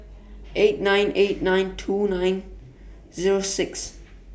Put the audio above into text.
eight nine eight nine two nine Zero six